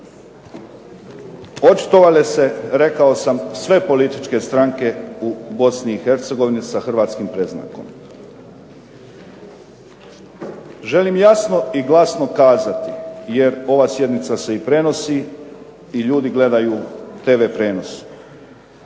očitovale se, rekao sam, sve političke stranke u Bosni i Hercegovini sa hrvatskim predznakom. Želim jasno i glasno kazati, jer ova sjednica se i prenosi i ljudi gledaju tv prijenos,